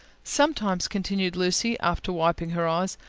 sometimes. continued lucy, after wiping her eyes,